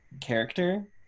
character